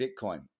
Bitcoin